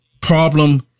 problem